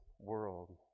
world